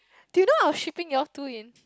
do you know I was shipping y'all two in